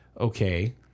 Okay